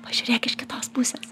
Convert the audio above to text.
pažiūrėk iš kitos pusės